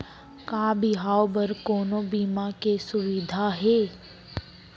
का बिहाव बर कोनो बीमा के सुविधा हे?